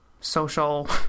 social